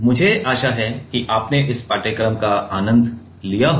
मुझे आशा है कि आपने इस पाठ्यक्रम का आनंद लिया होगा